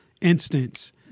instance